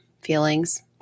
feelings